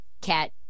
Cat